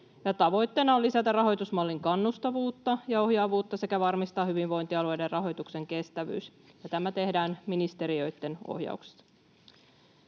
Tavoitteena on lisätä rahoitusmallin kannustavuutta ja ohjaavuutta sekä varmistaa hyvinvointialueiden rahoituksen kestävyys, ja tämä tehdään ministeriöitten ohjauksessa.